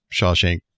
Shawshank